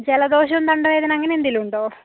ജലദോഷം തൊണ്ടവേദന അങ്ങനെന്തേലും ഉണ്ടോ